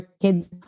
kids